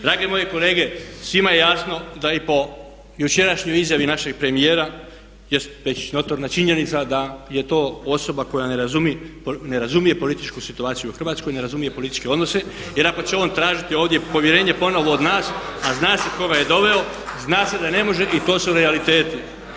Drage moje kolege svima je jasno da i po jučerašnjoj izjavi našeg premijera jest već notorna činjenica da je to osoba koja ne razumije političku situaciju u Hrvatskoj i ne razumije političke odnose jer ako će on tražiti ovdje povjerenje ponovno od nas, a zna se tko ga je doveo, zna se da ne može i to su realiteti.